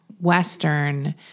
Western